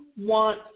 want